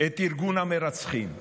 את ארגון המרצחים.